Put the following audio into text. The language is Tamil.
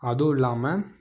அதுவுல்லாமல்